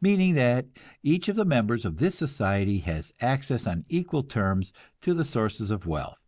meaning that each of the members of this society has access on equal terms to the sources of wealth,